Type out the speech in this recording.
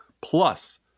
plus